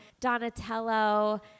Donatello